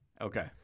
okay